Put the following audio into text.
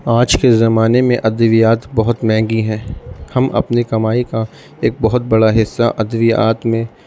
آج کے زمانے میں ادویات بہت مہنگی ہیں ہم اپنی کمائی کا ایک بہت بڑا حصہ ادویات میں